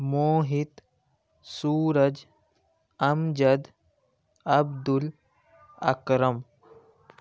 Mohit Suraj Amjad Abdul Akram